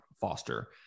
Foster